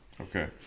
okay